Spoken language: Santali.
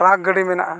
ᱜᱟᱹᱰᱤ ᱢᱮᱱᱟᱜᱼᱟ